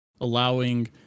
allowing